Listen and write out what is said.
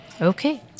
okay